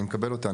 אני מקבל אותן.